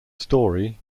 story